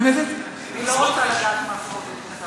אני לא רוצה לדעת מה סמוטריץ עשה.